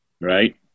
right